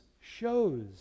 shows